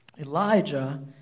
Elijah